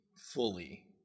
fully